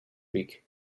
week